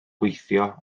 gweithio